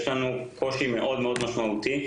יש לנו קושי מאוד מאוד משמעותי.